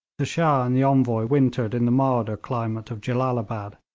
the shah and the envoy wintered in the milder climate of jellalabad,